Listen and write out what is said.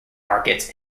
markets